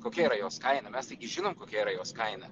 kokia yra jos kaina mes žinom kokia yra jos kaina